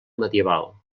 medieval